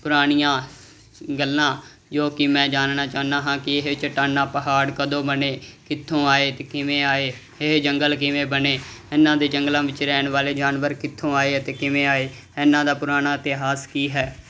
ਪੁਰਾਣੀਆਂ ਗੱਲਾਂ ਜੋ ਕੀ ਮੈਂ ਜਾਣਨਾ ਚਾਹੁੰਦਾ ਹਾਂ ਕੀ ਇਹ ਚਟਾਨਾ ਪਹਾੜ ਕਦੋਂ ਬਣੇ ਕਿੱਥੋਂ ਆਏ ਤੇ ਕਿਵੇਂ ਆਏ ਇਹ ਜੰਗਲ ਕਿਵੇਂ ਬਣੇ ਇਹਨਾਂ ਦੇ ਜੰਗਲਾਂ ਵਿੱਚ ਰਹਿਣ ਵਾਲੇ ਜਾਨਵਰ ਕਿੱਥੋਂ ਆਏ ਅਤੇ ਕਿਵੇਂ ਆਏ ਇਹਨਾਂ ਦਾ ਪੁਰਾਣਾ ਇਤਿਹਾਸ ਕੀ ਹੈ